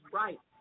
right